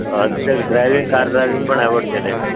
हल्ली driving car driving पण avoid केलं आहे मी